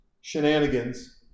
shenanigans